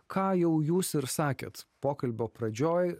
ką jau jūs ir sakėt pokalbio pradžioj